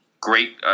great